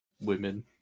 Women